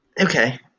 Okay